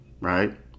right